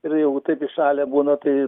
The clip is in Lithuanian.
ir jeigu taip įšalę būna tai